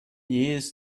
years